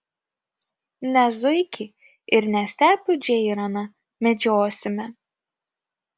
ne zuikį ir ne stepių džeiraną medžiosime